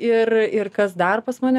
ir ir kas dar pas mane